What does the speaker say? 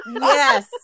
yes